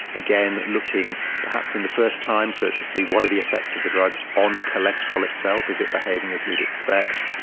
again, looking perhaps in the first time to to see what are the effects of the drug on cholesterol itself, is it behaving as we would expect.